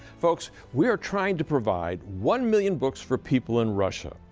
folks, we are trying to provide one million books for people in russia.